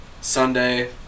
Sunday